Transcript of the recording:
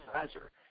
advisor